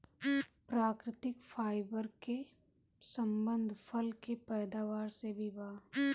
प्राकृतिक फाइबर के संबंध फल के पैदावार से भी बा